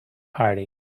party